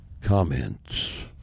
comments